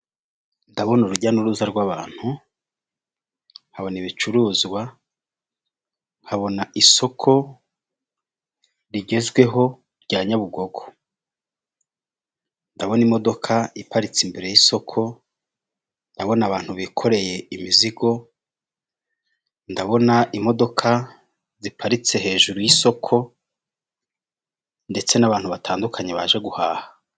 Ndabona urujya n'uruza rw'abantu, nkabona ibicuruzwa, nkabona isoko rigezweho rya Nyabugogo, ndabona imodoka iparitse imbere y'isoko, ndabona abantu bikoreye imizigo, ndabona imodoka ziparitse hejuru y'isoko ndetse n'abantu batandukanye baje guhaha.